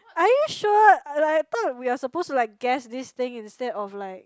are you sure like I thought we are supposed to like guess this thing instead of like